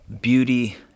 beauty